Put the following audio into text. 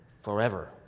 forever